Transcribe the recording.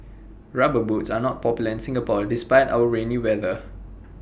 rubber boots are not popular in Singapore despite our rainy weather